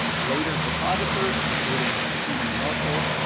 later photographers including tina modotti,